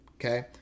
Okay